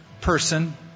person